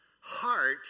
heart